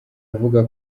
avuga